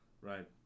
right